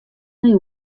nei